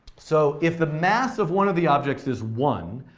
so, if the mass of one of the objects is one,